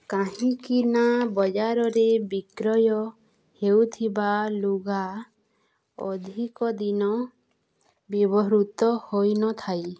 କାହିଁକିନା ବଜାରରେ ବିକ୍ରୟ ହେଉଥିବା ଲୁଗା ଅଧିକ ଦିନ ବ୍ୟବହୃତ ହୋଇନଥାଏ